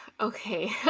okay